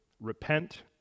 repent